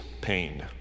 pain